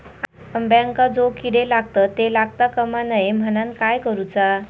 अंब्यांका जो किडे लागतत ते लागता कमा नये म्हनाण काय करूचा?